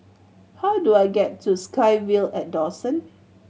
how do I get to SkyVille at Dawson